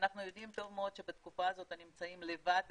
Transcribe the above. שאנחנו יודעים טוב מאוד שבתקופה הזאת הם נמצאים לבד בביתם,